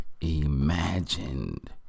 imagined